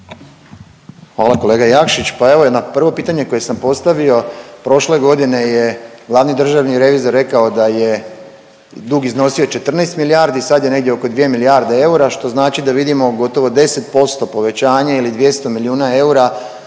Hvala kolega Jakšić. Pa evo i na prvo pitanje koje sam postavio prošle godine je glavni državni revizor rekao da je dug iznosio 14 milijardi, sad je negdje oko 2 milijarde eura, što znači da vidimo gotovo 10% povećanje ili 200 milijuna eura